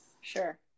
Sure